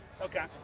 Okay